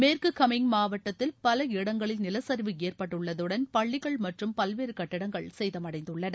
மேற்கு கமேங் மாவட்டத்தில் பல இடங்களில் நிலச்சரிவு ஏற்பட்டுள்ளதுடன் பள்ளிகள் மற்றும் பல்வேறு கட்டடங்கள் சேதமடைந்துள்ளன